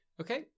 Okay